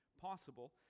possible